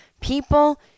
People